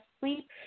sleep